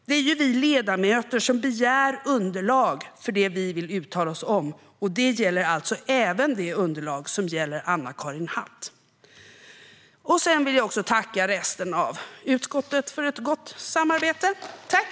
Det är vi ledamöter som begär underlag för det vi vill uttala oss om. Det gäller alltså även underlaget för det som rör Anna-Karin Hatt. Jag vill också tacka resten av utskottet för ett gott samarbete. Tack!